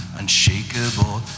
unshakable